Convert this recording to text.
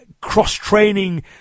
cross-training